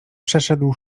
przeszedł